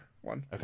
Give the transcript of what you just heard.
one